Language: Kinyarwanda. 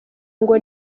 ngo